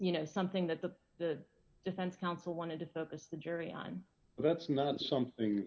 you know something that the the defense counsel wanted to focus the jury on that's not something